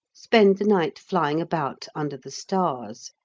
spend the night flying about under the stars.